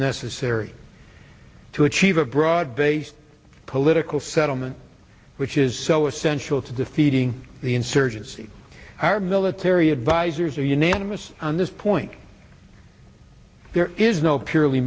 necessary to achieve a broad based political settlement which is so essential to defeating the insurgency our military advisers are unanimous on this point there is no purely